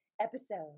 episode